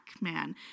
man